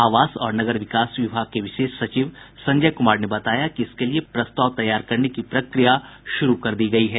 आवास और नगर विकास विभाग के विशेष सचिव संजय कुमार ने बताया कि इसके लिए प्रस्ताव तैयार करने की प्रक्रिया शुरू कर दी है